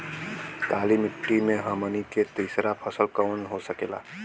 काली मिट्टी में हमनी के तीसरा फसल कवन हो सकेला?